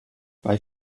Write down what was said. bei